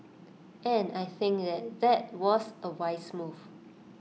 and I think that that was A wise move